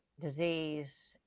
disease